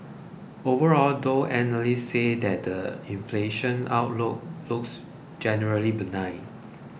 overall though analysts said the inflation outlook looks generally benign